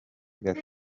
gato